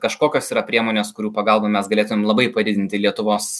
kažkokios yra priemonės kurių pagalba mes galėtumėm labai padidinti lietuvos